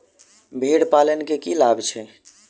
भेड़ पालन केँ की लाभ छै?